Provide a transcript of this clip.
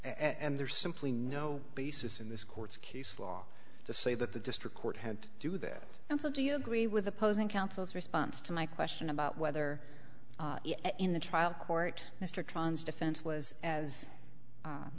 and there's simply no basis in this court's case law to say that the district court had to do that and so do you agree with opposing counsel's response to my question about whether in the trial court mr tran's defense was as